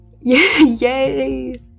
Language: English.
Yay